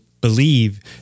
believe